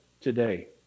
today